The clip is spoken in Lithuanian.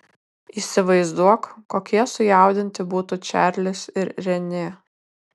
įsivaizduok kokie sujaudinti būtų čarlis ir renė